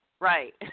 Right